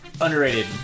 Underrated